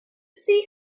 see